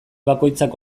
bakoitzak